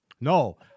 No